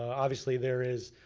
obviously there is